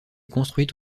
construite